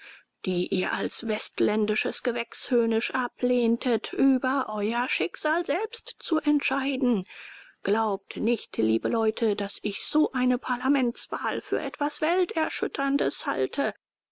die ihr als westländisches gewächs höhnisch ablehntet über euer schicksal selbst zu entscheiden glaubt nicht liebe leute daß ich so eine parlamentswahl für etwas welterschütterndes halte